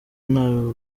nta